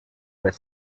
where